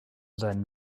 seinen